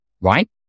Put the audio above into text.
right